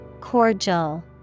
Cordial